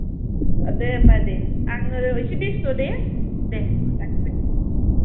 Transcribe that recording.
अ दे होनबा दे आङो एसे बेस्थ' दे दे लाखिबाय